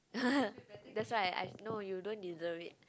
that's why I I no you don't deserve it